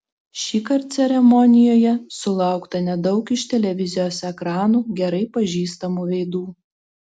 šįkart ceremonijoje sulaukta nedaug iš televizijos ekranų gerai pažįstamų veidų